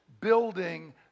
building